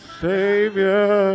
savior